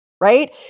Right